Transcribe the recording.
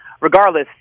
regardless